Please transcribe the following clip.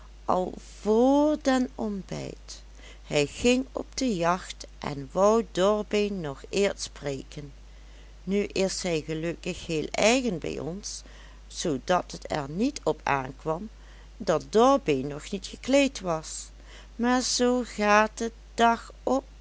al vr den ontbijt hij ging op de jacht en wou dorbeen nog eerst spreken nu is hij gelukkig heel eigen bij ons zoodat het er niet op aankwam dat dorbeen nog niet gekleed was maar zoo gaat het dag op